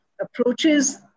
approaches